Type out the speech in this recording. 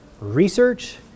research